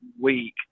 week